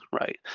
right